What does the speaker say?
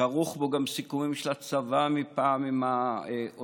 כרוכים בו גם סיכומים של הצבא מפעם עם האוצר,